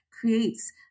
creates